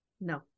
no